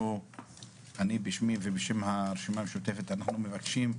בשמי ובשם הרשימה המשותפת, אנחנו מבקשים,